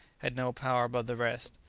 had no power above the rest.